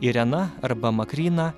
irena arba makryna